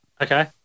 Okay